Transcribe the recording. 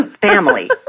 family